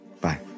Bye